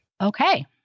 Okay